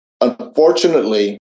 Unfortunately